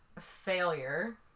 failure